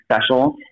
special